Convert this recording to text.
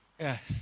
Yes